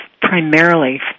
primarily